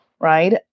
right